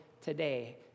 today